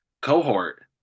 cohort